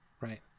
right